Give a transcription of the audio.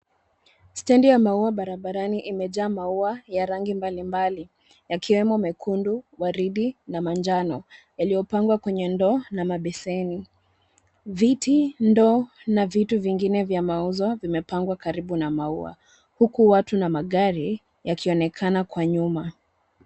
Stendi ya maua barabarani imejaa maua ya rangi mbalimbali yakiwemo mekundu, waridi na manjano yaliyo pangwa kwenye ndoo na mabeseni. Viti , ndoo na vitu vingine vya mauzo vimepangwa karibu na maua huku watu na magari yakionekana kwa nyuma.